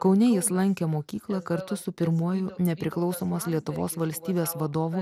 kaune jis lankė mokyklą kartu su pirmuoju nepriklausomos lietuvos valstybės vadovu